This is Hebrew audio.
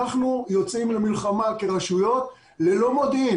אנחנו כרשויות יוצאים למלחמה ללא מודיעין.